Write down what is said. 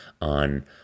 on